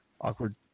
awkward